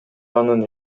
анын